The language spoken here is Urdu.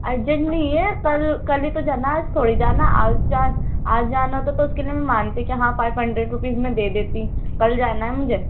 ارجینٹ نہیں ہے کل کل ہی تو جانا ہے آج تھوڑی جانا ہے آج آج جانا ہوتا تو اس کے لیے میں مانتی کہ ہاں فائف ہنڈیڈ روپیز میں دے دیتی کل جانا ہے مجھے